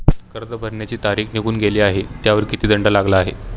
कर्ज भरण्याची तारीख निघून गेली आहे त्यावर किती दंड लागला आहे?